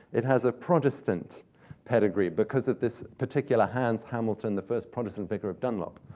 it has a protestant pedigree because of this particular hans hamilton, the first protestant vicar of dunlop.